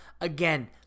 Again